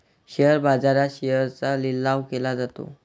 share बाजारात शेअर्सचा लिलाव केला जातो